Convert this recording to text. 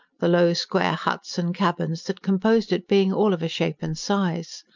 the low, square huts and cabins that composed it being all of a shape and size.